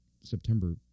September